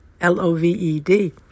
L-O-V-E-D